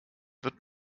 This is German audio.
wird